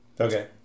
Okay